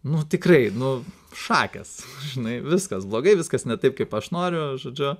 nu tikrai nu šakės žinai viskas blogai viskas ne taip kaip aš noriu žodžiu